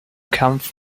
kampf